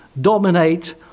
dominate